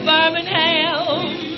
Birmingham